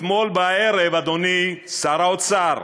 אתמול בערב, אדוני שר האוצר,